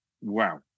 wow